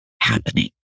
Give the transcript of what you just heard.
happening